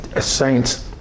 saints